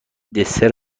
دسر